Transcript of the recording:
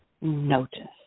Notice